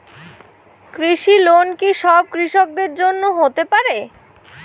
কৃষি লোন কি সব কৃষকদের জন্য হতে পারে?